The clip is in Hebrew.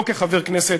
לא כחבר כנסת,